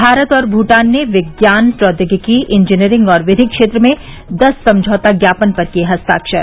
भारत और भूटान ने विज्ञान प्रौद्योगिकी इंजीनियरिंग और विधि क्षेत्र में दस समझौता ज्ञापन पर किए हस्ताक्षर